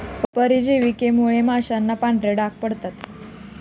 परजीवींमुळे माशांना पांढरे डाग पडतात